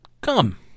Come